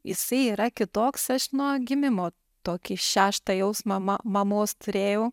jisai yra kitoks aš nuo gimimo tokį šeštą jausmą ma mamos turėjau